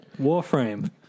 Warframe